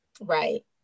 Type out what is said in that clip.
right